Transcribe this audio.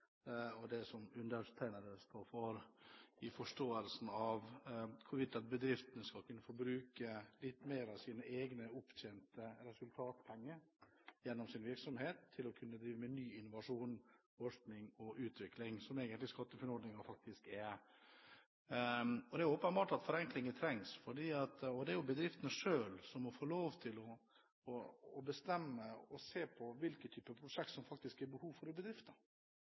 for, og det undertegnede står for, når det gjelder forståelsen av hvorvidt bedriftene skal kunne bruke litt mer av resultatpengene som er opptjent gjennom deres egen virksomhet, til å drive med innovasjon, forskning og utvikling – som SkatteFUNN-ordningen egentlig går ut på. Og det er åpenbart at forenklinger trengs, fordi bedriftene må få lov til selv å bestemme hvilke typer prosjekter de egentlig har behov for.